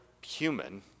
human